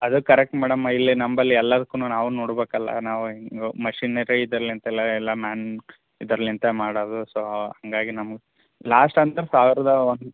ಅದು correct madam ಇಲ್ಲಿ ನಂಬಳಿ ಎಲ್ಲದಕ್ಕೂ ನಾವು ನೋಡ್ಬೇಕಲ್ಲ ನಾವು ಮಷಿನರಿ ಇದಲ್ಲ ಎಂಥಿಲ್ಲ ಎಲ್ಲ ಮ್ಯಾನ್ ಇದರ್ಲಿಂತ ಮಾಡೋದು ಸೊ ಹಾಗಾಗಿ ನಮ್ಗೆ ಲಾಸ್ಟ್ ಅಂದ್ರೆ ಸಾವಿರದ ಒಂದು